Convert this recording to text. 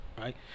Right